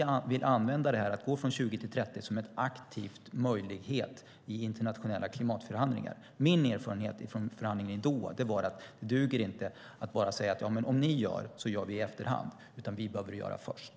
Vi vill använda detta med att gå från 20 till 30 procent som en aktiv möjlighet i internationella klimatförhandlingar. Min erfarenhet från förhandlingen i Doha var att det inte duger att bara säga att andra måste göra först och så gör vi i efterhand, utan vi behöver vara först.